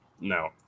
No